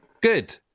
Good